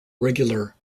regular